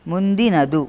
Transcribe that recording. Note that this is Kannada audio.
ಮುಂದಿನದು